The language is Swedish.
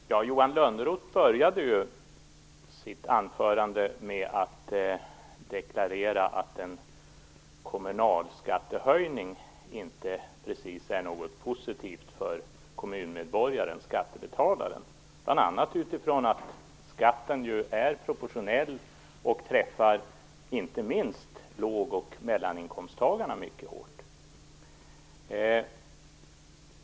Fru talman! Johan Lönnroth började sitt anförande med att deklarera att en kommunalskattehöjning inte precis är något positivt för kommunmedborgaren, skattebetalaren, bl.a. utifrån att skatten ju är proportionell och träffar inte minst låg och mellaninkomsttagarna mycket hårt.